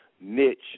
niche